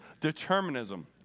determinism